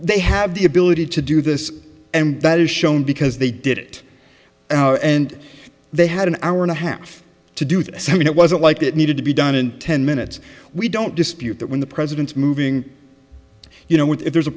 they have the ability to do this and that is shown because they did it and they had an hour and a half to do this i mean it wasn't like that needed to be done in ten minutes we don't dispute that when the president's moving you know what if there's a